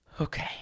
Okay